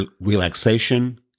relaxation